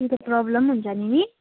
त्यही त प्रब्लम हुन्छ अरे नि